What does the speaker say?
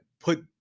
put